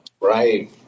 right